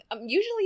usually